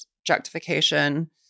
objectification